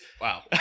Wow